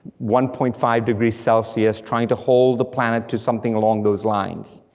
one point five degrees celsius, trying to hold the planet to something along those lines.